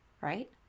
right